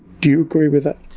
do you agree with that?